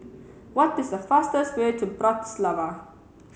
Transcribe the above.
what is the fastest way to Bratislava